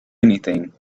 anything